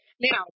Now